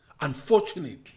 unfortunately